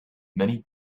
many